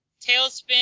Tailspin